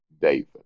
David